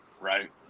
Right